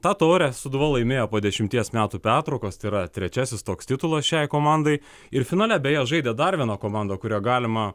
tą taurę sūduva laimėjo po dešimties metų pertraukos tai yra trečiasis toks titulas šiai komandai ir finale beje žaidė dar viena komanda kurią galima